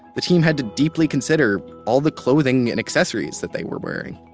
the team had to deeply consider all the clothing and accessories that they were wearing,